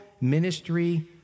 ministry